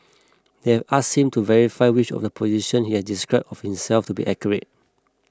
they have ask him to verify which of the position he has describe of himself to be accurate